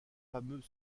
fameux